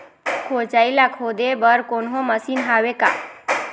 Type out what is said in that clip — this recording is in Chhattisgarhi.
कोचई ला खोदे बर कोन्हो मशीन हावे का?